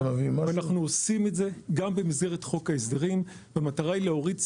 אנחנו עושים את זה גם במסגרת חוק ההסדרים במטרה להוריד סעיפים.